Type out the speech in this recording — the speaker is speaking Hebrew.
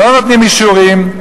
לא נותנים אישורים,